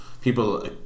people